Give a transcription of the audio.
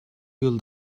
yıl